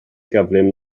gyflym